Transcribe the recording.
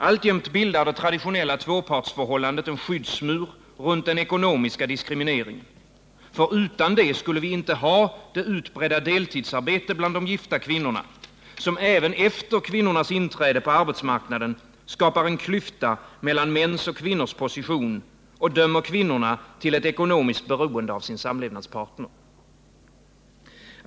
Alltjämt bildar det traditionella tvåpartsförhållandet en skyddsmur runt den ekonomiska diskrimineringen — ty utan det skulle vi inte ha det utbredda deltidsarbete bland de gifta kvinnorna som även efter kvinnornas inträde på arbetsmarknaden skapar en klyfta mellan mäns och kvinnors position och dömer kvinnorna till ett ekonomiskt beroende av sin samlevnadspartner.